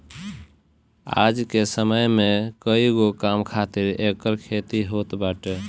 आज के समय में कईगो काम खातिर एकर खेती होत बाटे